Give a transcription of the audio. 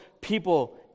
people